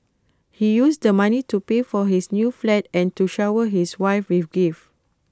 he used the money to pay for his new flat and to shower his wife with gifts